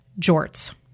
Jorts